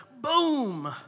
boom